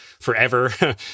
forever